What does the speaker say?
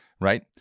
right